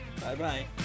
Bye-bye